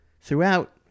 throughout